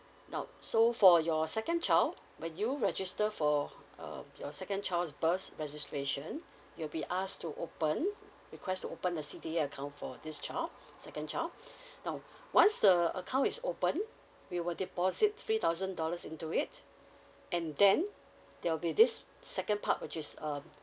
now so for your second child when you register for uh your second child's birth registration you'll be asked to open request to open the C_D_A account for this child second child now once the account is open we will deposit three thousand dollars into it and then there will be this second part which is um